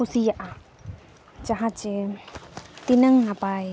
ᱠᱩᱥᱤᱭᱟᱜᱼᱟ ᱡᱟᱦᱟᱸ ᱡᱮ ᱛᱤᱱᱟᱹᱜ ᱱᱟᱯᱟᱭ